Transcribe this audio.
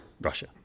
Russia